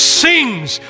sings